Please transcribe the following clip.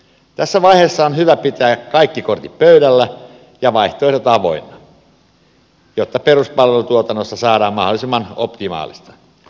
tässä vaiheessa on hyvä pitää kaikki kortit pöydällä ja vaihtoehdot avoinna jotta peruspalvelutuotannosta saadaan mahdollisimman optimaalista